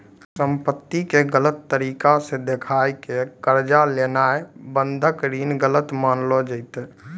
संपत्ति के गलत तरिका से देखाय के कर्जा लेनाय बंधक ऋण गलत मानलो जैतै